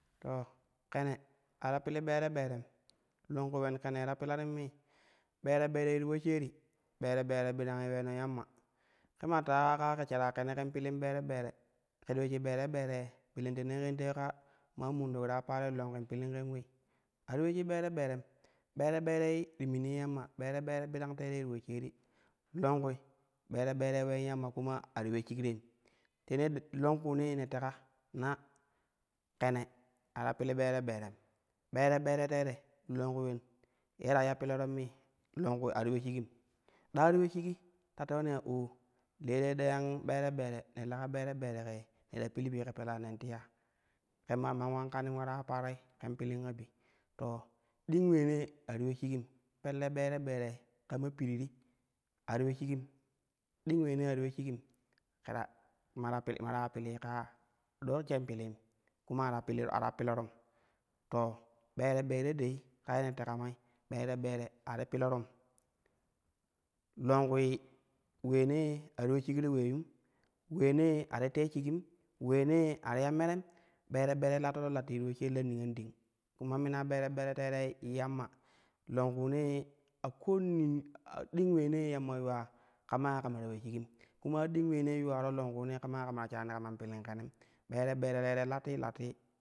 To kene a ta pil ɓere berem, longku ulen kenii ta bilaninii ɓere ɓerei ti po shaari ɓere ɓere birangi uleno yamma ke maa teka ka ke shari ken ken pilin ɓere ɓere ke ti ule shik ɓere ɓerei belen te nen ken tewi ka man mandi ta ya paroi longku in pidin ken ule a ti ule shik ɓere ɓerem, ɓere ɓere ti mimii yamma ɓere ɓere birang te rei ti poshaari longkui ɓere ɓerei ulen yamma kuma a ti ule shikrain tenei longkuunee ne teka na kew a ta pil ɓere ɓere. ɓere ɓere teere longku ulen ye a ta iya pilorom mi longku a ti ule shigim, ɗa ti we shigi ta tewani ya oo le te deyan ɓere ɓere ne leka ɓere ɓere ko ye ne ta pil bi ke pilan nen tiyasa ke ma man kanin ulara ya paroi ken pilin ka bi to ding ule nee a ti ule shigim pelle ɓere ɓerei kama piriti a ti ule shigim ding uleene a ti ule shigim ke ta ma ta ma ta ya pilii ka ya do po shen pilim kuma a ta pili a ta pilarom to ɓere ɓere tei ka ye ne teka ma ɓere ɓere a ti pilorom longkui uleenee ati ule shikra ulee yum uleene ati tee shigim uleenee ati ya merem ɓere ɓere lattoro latti ti poshaari la niyon ding kuma mina ɓere ɓere teerei yamma longkuunee a koulan ding uleenee yamm yuula kama ya kama ta ule shigin kuma a ding ulee nee longkuunee kaman kama ta sherani kama palin kenem ɓer ɓere tere latti latti.